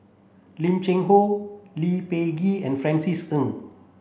Lim Cheng Hoe Lee Peh Gee and Francis Ng